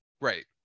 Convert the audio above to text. Right